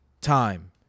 time